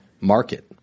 market